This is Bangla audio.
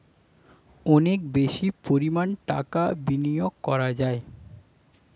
অনেক বেশি পরিমাণ টাকা বিনিয়োগ করা হয়